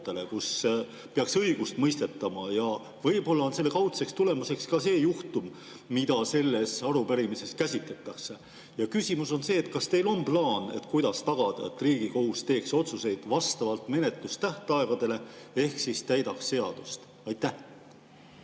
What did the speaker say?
kus peaks õigust mõistetama. Võib-olla on kaudseks tulemuseks see juhtum, mida selles arupärimises käsitletakse. Küsimus on see: kas teil on plaan, kuidas tagada, et Riigikohus teeks otsuseid vastavalt menetlustähtaegadele ehk siis täidaks seadust? Aitäh,